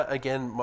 again